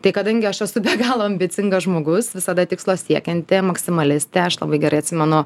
tai kadangi aš esu be galo ambicingas žmogus visada tikslo siekianti maksimalistė aš labai gerai atsimenu